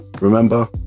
Remember